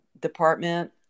department